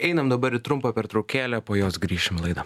einam dabar į trumpą pertraukėlę po jos grįšim į laidą